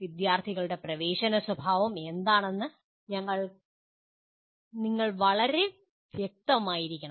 വിദ്യാർത്ഥികളുടെ പ്രവേശന സ്വഭാവം എന്താണെന്ന് നിങ്ങൾ വളരെ വ്യക്തമായിരിക്കണം